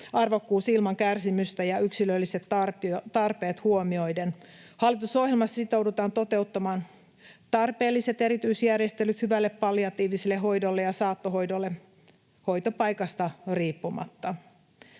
arvokkuus ilman kärsimystä ja yksilölliset tarpeet huomioiden. Hallitusohjelmassa sitoudutaan toteuttamaan tarpeelliset erityisjärjestelyt hyvälle palliatiiviselle hoidolle ja saattohoidolle hoitopaikasta riippumatta.